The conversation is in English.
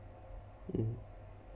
mmhmm